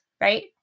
right